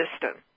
system